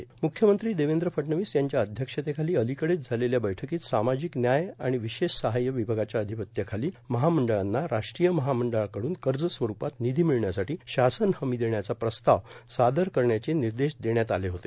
म्रख्यमंत्री देवद्र फडणवीस यांच्या अध्यक्षतेखाला र्आलकडेच झालेल्या बैठकोंत सामाजिक न्याय आर्गाण र्विशेष सहाय र्विभागाच्या र्आधपत्याखालोल महामंडळांना राष्ट्रीय महामंडळाकडून कज स्वरुपात ांनधी र्मिळण्यासाठां शासन हमी देण्याचा प्रस्ताव सादर करण्याचे निदश देण्यात आले होते